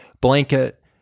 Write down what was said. blanket